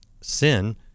sin